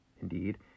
Indeed